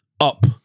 up